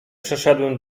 przeszedłem